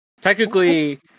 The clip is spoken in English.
Technically